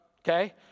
okay